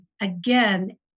again